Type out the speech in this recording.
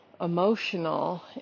emotional